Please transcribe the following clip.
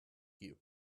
you